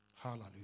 Hallelujah